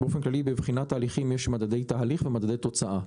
באופן כללי בבחינת תהליכים יש מדדי תהליך ומדדי תוצאה.